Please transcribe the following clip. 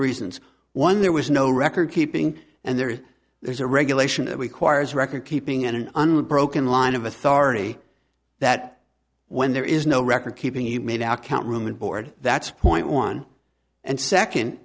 reasons one there was no record keeping and there there's a regulation that we choirs record keeping in an unbroken line of authority that when there is no record keeping you made our count room and board that's point one and second